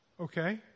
Okay